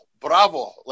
bravo